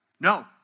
No